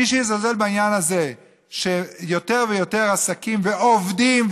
מי שיזלזל בעניין הזה שיותר ויותר עסקים עובדים,